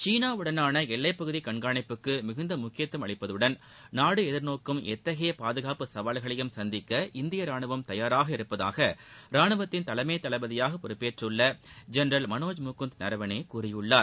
சீனாவுடனான எல்லைப்பகுதி கண்காணிப்புக்கு மிகுந்த முக்கியத்துவம் அளிப்பதுடன் நாடு எதிா்நோக்கும் எத்தகைய பாதுகாப்பு சவால்களையும் சந்திக்க இந்திய ராணுவம் தயாராக இருப்பதாக ராணுவத்தின் தலைமை தளபதியாக பொறுப்பேற்றுள்ள ஜெனரல் மனோஜ் முகுந்த் நரவணே கூறியுள்ளார்